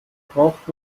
braucht